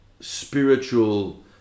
spiritual